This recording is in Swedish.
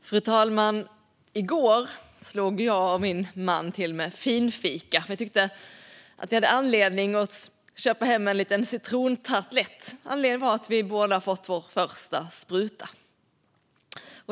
Fru talman! I går slog jag och min man till med finfika. Vi tyckte att vi hade anledning att köpa hem en liten citrontartelett. Anledningen var att vi båda hade fått vår första spruta.